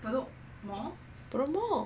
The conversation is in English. Bedok mall